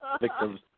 victims